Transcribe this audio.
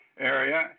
area